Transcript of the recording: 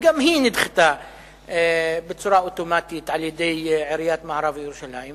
וגם היא נדחתה בצורה אוטומטית על-ידי עיריית מערב-ירושלים,